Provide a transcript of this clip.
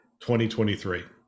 2023